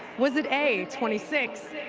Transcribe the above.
was it a twenty six,